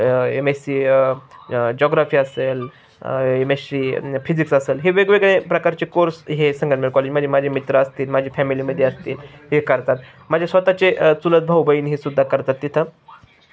M S C geography असेल M S C physics असेल हे वेगवेगळ्या प्रकारचे कोर्स हे संगमनेर कॉलेज म्हणजे माझे मित्र असतील माझी फॅमिली मध्ये असतील हे करतात माझे स्वतःचे चुलत भाऊ बहीण हे सुुद्धा करतात तिथं